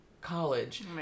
college